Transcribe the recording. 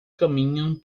caminham